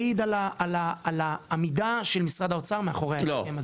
העיד על העמידה של משרד האוצר מאחורי ההסכם הזה.